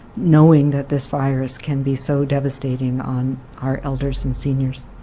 knowing that this virus can be so devastating on our elders and seniors.